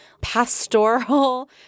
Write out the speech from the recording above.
pastoral